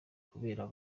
kubera